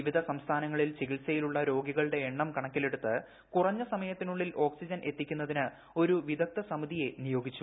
വിവിധ് സംസ്ഥാനങ്ങളിൽ ചികിത്സയിലുള്ള രോഗികളുടെ എണ്ണം കണക്കിലെടുത്ത് കുറഞ്ഞ സമയത്തിനുള്ളിൽ ഓക്സിജൻ എത്തിക്കുന്നതിന് ഒരു വിദഗ്ദ്ധ സമിതിയെ നിയോഗിച്ചു